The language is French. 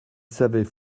savaient